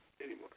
anymore